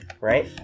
right